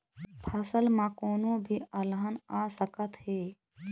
फसल म कोनो भी अलहन आ सकत हे